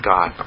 God